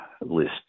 list